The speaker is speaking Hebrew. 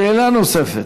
שאלה נוספת.